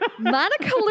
Monica